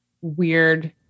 weird